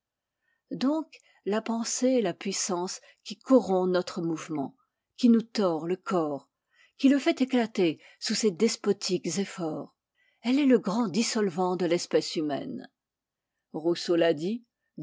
donc la pensée est la puissance qui corrompt notre mouvement qui nous tord le corps qui le fait éclater sous ses despotiques efforts elle est le grand dissolvant de l'espèce humaine rousseau l'a dit